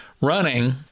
running